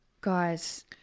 Guys